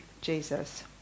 Jesus